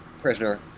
prisoner